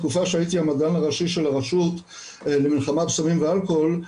בתקופה שהייתי המדען הראשי של הרשות למלחמה בסמים ואלכוהול,